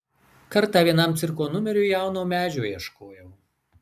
kartą vienam cirko numeriui jauno medžio ieškojau